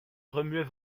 remuait